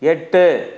எட்டு